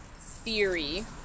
theory